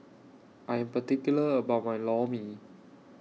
I'm particular about My Lor Mee